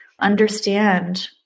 understand